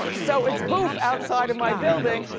so it's boof outside of my building,